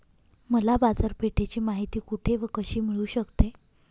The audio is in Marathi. मला बाजारपेठेची माहिती कुठे व कशी मिळू शकते?